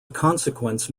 consequence